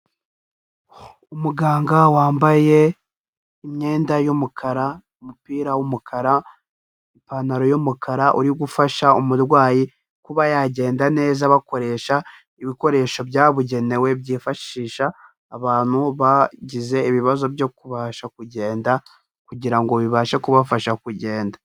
Umuganga wambaye imyenda y'umukara, umupira w'umukara, ipantaro y'umukara uri gufasha umurwayi kuba yagenda neza bakoresha ibikoresho byabugenewe, byifashisha abantu bagize ibibazo byo kubasha kugenda, kugira ngo bibashe kubafasha kugenda.